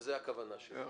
זו הכוונה שלי.